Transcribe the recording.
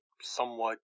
somewhat